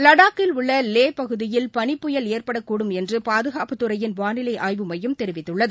லடாக்கில் உள்ள லே பகுதியில் பளிபுயல் ஏற்படக்கூடும் என்று பாதுகாப்புத்துறையின் வானிலை ஆய்வு மையம் தெரிவித்துள்ளது